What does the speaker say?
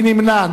מי נמנע?